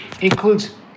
includes